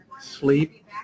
Sleep